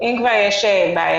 שאם כבר יש בעייתיות,